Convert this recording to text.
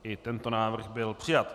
I tento návrh byl přijat.